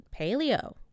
paleo